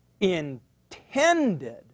intended